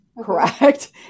correct